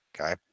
okay